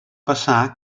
passar